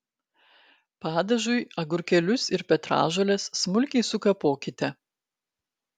padažui agurkėlius ir petražoles smulkiai sukapokite